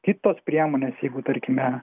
kitos priemonės jeigu tarkime